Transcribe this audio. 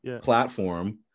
platform